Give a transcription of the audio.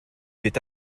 byd